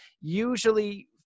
usually